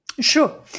Sure